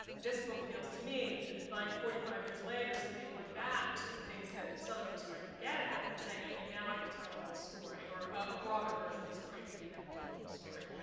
this book feels to me like forty five years later somebody going back to the things that southern was trying to get at and saying, ok, now i can tell the whole story, or a broader version of the story. we can never tell the whole story.